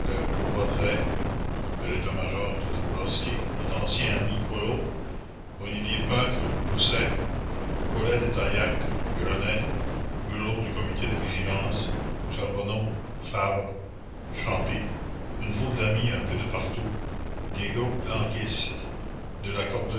croiset de l'état-major de dombrowski notre ancien ami collot olivier pain grousset caulet de tailhac grenet burlot du comité de vigilance charbonneau fabre champy une foule d'amis un peu de partout des groupes blanquistes de la